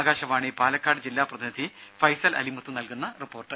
ആകാശവാണി പാലക്കാട് ജില്ലാ പ്രതിനിധി ഫൈസൽ അലിമുത്ത് നൽകുന്ന റിപ്പോർട്ട്